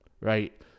right